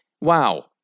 wow